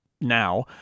now